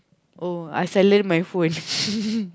oh I silent my phone